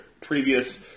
previous